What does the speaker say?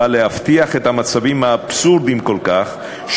הבא להבטיח את המצבים האבסורדיים כל כך,